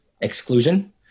exclusion